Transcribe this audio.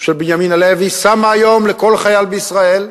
של בנימין הלוי שמה היום לכל חייל בישראל,